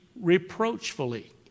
reproachfully